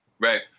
Right